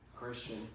Christian